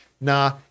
Nah